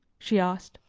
she asked.